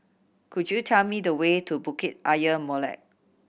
could you tell me the way to Bukit Ayer Molek